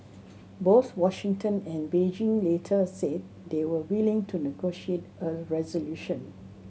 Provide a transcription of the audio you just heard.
both Washington and Beijing later said they were willing to negotiate a resolution